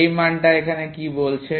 এই মানটা এখানে কি বলছে